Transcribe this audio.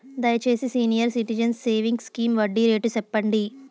దయచేసి senior citizens savings scheme వడ్డీ rate సెప్పండి